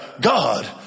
God